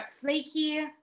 flaky